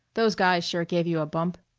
those guys sure give you a bump.